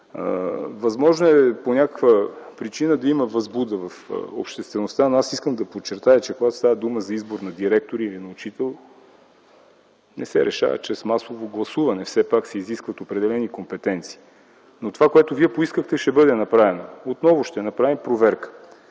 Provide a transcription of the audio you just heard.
Възможно е по някаква причина да има възбуда в обществеността, но аз искам да подчертая, че когато става дума за избор на директор или на учител, не се решава чрез масово гласуване – все пак се изискват определени компетенции. Но това, което Вие поискахте, ще бъде направено – отново ще направим проверка.